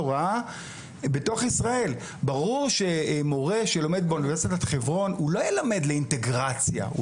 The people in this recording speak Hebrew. ברור שמורה שילמד באוניברסיטת חברון לא ילמד לאינטגרציה,